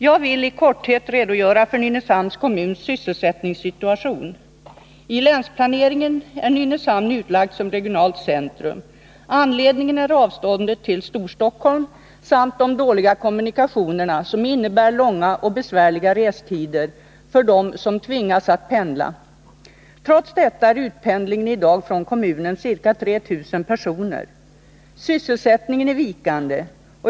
Jag vill i korthet redogöra för Nynäshamns kommuns sysselsättningssituation. I länsplaneringen är Nynäshamn utlagt som regionalt centrum. Anledningen är avståndet till Storstockholm samt de dåliga kommunikationerna, som innebär långa och besvärliga resor för dem som tvingas att pendla. Trots detta omfattar utpendlingen i dag från kommunen ca 3 000 personer. Sysselsättningen är vikande.